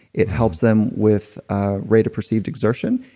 it helps them with ah rate of perceived exertion.